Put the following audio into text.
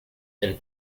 and